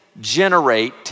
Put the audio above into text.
generate